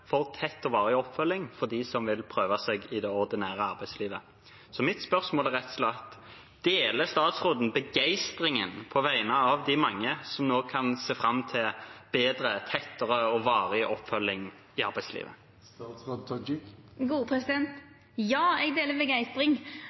for tett og varig oppfølging for dem som vil prøve seg i det ordinære arbeidslivet. Så mitt spørsmål er rett og slett: Deler statsråden begeistringen på vegne av de mange som nå kan se fram til bedre, tettere og varig oppfølging i